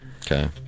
Okay